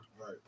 Right